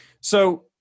So-